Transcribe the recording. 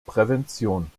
prävention